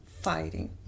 fighting